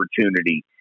opportunity